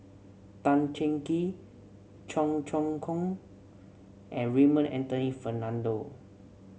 Tan Cheng Kee Cheong Choong Kong and Raymond Anthony Fernando